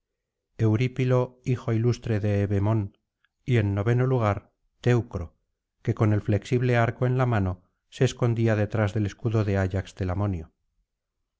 eurípilo hijo ilustre de evemón y en noveno lugar teucro que con el flexible arco en la mano se escondía detrás del escudo de ayax